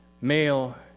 male